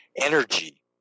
energy